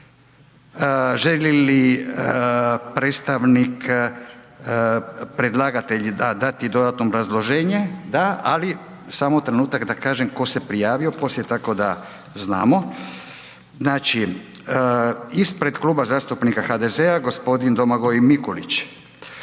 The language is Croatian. predstavnik predlagatelja dati dodatno obrazloženje? Da, ali samo trenutak, da kažem tko se prijavio, poslije tako da znamo. Znači, ispred Kluba zastupnika HDZ-a, g. Domagoj Mikulić,